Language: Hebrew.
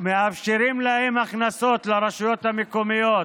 מאפשרים להם הכנסות לרשויות המקומיות